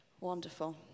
Wonderful